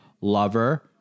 Lover